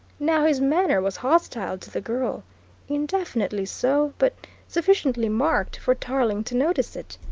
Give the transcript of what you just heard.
now his manner was hostile to the girl indefinitely so, but sufficiently marked for tarling to notice it.